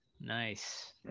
Nice